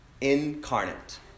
incarnate